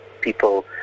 people